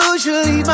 Usually